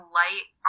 light